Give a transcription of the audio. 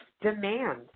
demand